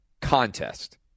contest